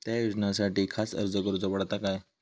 त्या योजनासाठी खास अर्ज करूचो पडता काय?